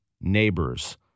Neighbors